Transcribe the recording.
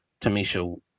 Tamisha